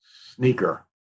sneaker